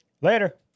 Later